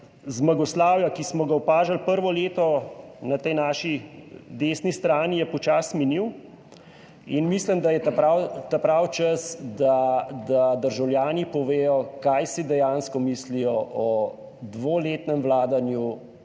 zmagoslavja, ki smo ga opažali prvo leto na tej naši desni strani, je počasi minil in mislim, da je prav ta pravi čas, da državljani povedo, kaj si dejansko mislijo o dvoletnem vladanju